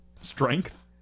Strength